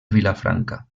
vilafranca